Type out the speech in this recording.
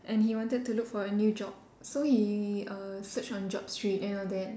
and he wanted to look for a new job so he uh search on job street and all that